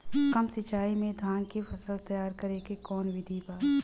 कम सिचाई में धान के फसल तैयार करे क कवन बिधि बा?